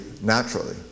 naturally